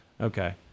Okay